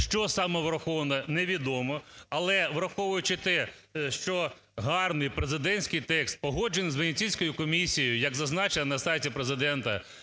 Що саме враховано, невідомо. Але враховуючи те, що гарний президентський текст погоджений з Венеціанською комісією, як зазначено на сайті Президента,